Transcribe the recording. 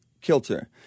kilter